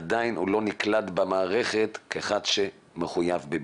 עדיין הוא לא נקלט במערכת כאחד שמחויב בבידוד?